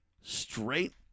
straight